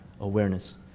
awareness